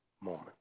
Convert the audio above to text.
Moment